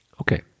okay